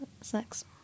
sex